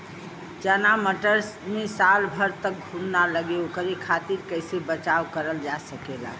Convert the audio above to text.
चना मटर मे साल भर तक घून ना लगे ओकरे खातीर कइसे बचाव करल जा सकेला?